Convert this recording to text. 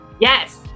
Yes